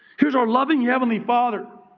here's our loving heavenly father